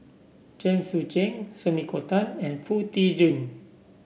Chen Sucheng Sumiko Tan and Foo Tee Jun